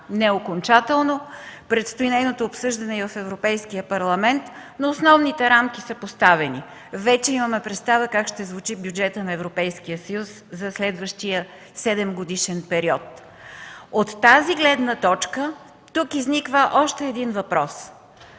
неокончателно, предстои нейното обсъждане в Европейския парламент, но основните рамки са поставени. Вече имаме представа как ще звучи бюджетът на Европейския съюз за следващия 7-годишен период. От тази гледна точка тук изниква още един въпрос: